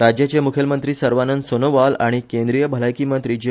राज्याचे मुखेलमंत्री सर्वानंद सोनोवाल आनी केंद्रीय भलायकी मंत्री जे